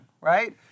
right